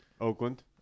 Oakland